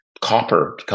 copper